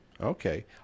Okay